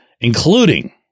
including